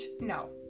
no